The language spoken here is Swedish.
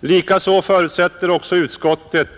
Likaså förutsätter utskottet